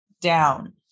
down